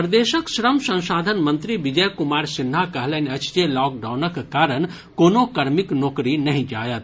प्रदेशक श्रम संसाधन मंत्री विजय कुमार सिन्हा कहलनि अछि जे लॉकडाउनक कारण कोनो कर्मीक नोकरी नहि जायत